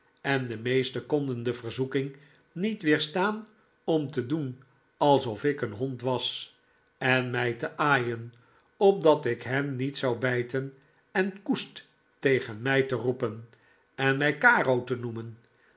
en de meesten konden de ik word ingewijd verzoeking niet weerstaan om te doen alsof ik een hond was en mij te aalen opdat ik hen niet zou bijten en koest tegen mij te roepen en mij caro te noemen